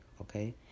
Okay